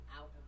out